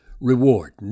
reward